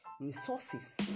resources